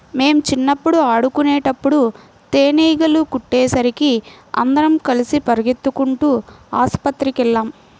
మేం చిన్నప్పుడు ఆడుకునేటప్పుడు తేనీగలు కుట్టేసరికి అందరం కలిసి పెరిగెత్తుకుంటూ ఆస్పత్రికెళ్ళాం